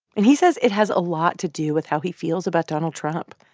and he says it has a lot to do with how he feels about donald trump.